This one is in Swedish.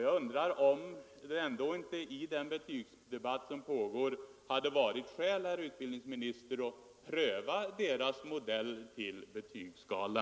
Jag undrar om det ändå inte i den betygsdebatt som pågår hade varit skäl, herr utbildningsminister, att pröva deras modell till betygsskala.